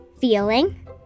feeling